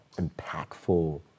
impactful